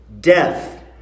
death